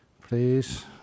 please